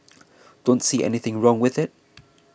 don't see anything wrong with it